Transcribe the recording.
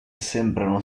sembrano